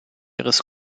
ihres